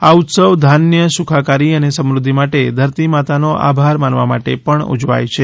આ ઉત્સવ ધાન્ય સુખાકારી અને સમૃદ્ધિ માટે ધરતીમાતાનો આભાર માનવા માટે પણ ઉજવાય છે